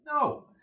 No